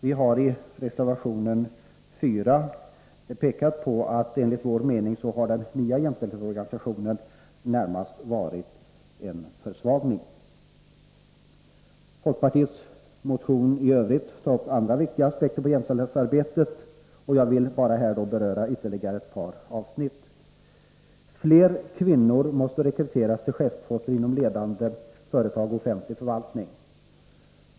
Vi har i reservation 4 pekat på att den nya jämställdhetsorganisationen enligt vår mening närmast inneburit en försvagning. Folkpartiets motion i övrigt tar upp andra viktiga aspekter på jämställdhetsarbetet. Jag vill här beröra ett par ytterligare avsnitt. Fler kvinnor måste rekryteras till chefsposter inom ledande företag och offentlig förvaltning.